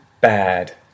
bad